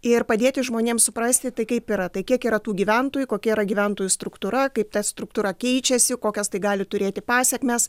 ir padėti žmonėm suprasti tai kaip yra tai kiek yra tų gyventojų kokia yra gyventojų struktūra kaip ta struktūra keičiasi kokias tai gali turėti pasekmes